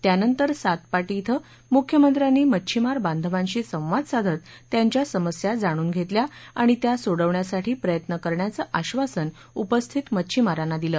त्यांनतर सातपाटी श्रि मुख्यमंत्र्यांनी मच्छीमार बांधवांशी संवाद साधत त्यांच्या समस्या जाणून घेतल्या आणि त्या सोडवण्यासाठी प्रयत्न करण्याचं आश्वासन उपस्थित मच्छीमारांना दिलं